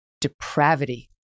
depravity